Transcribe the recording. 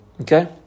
Okay